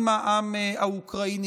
עם העם האוקראיני.